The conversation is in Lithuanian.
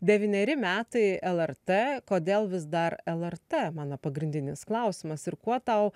devyneri metai lrt kodėl vis dar lrt mano pagrindinis klausimas ir kuo tau